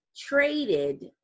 traded